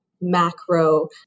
macro